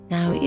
Now